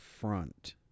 front